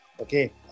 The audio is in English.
Okay